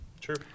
True